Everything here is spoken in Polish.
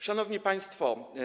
Szanowni Państwo!